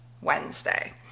wednesday